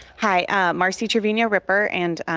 hi i'm marci cervinia river and